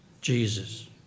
Jesus